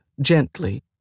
Gently